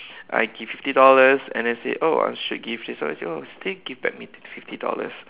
I give fifty dollars and they said oh I should give this oh still give back me fifty dollars